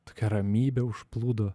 tokia ramybė užplūdo